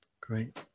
Great